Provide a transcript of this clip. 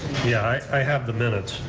yeah, i have the minutes.